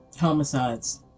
homicides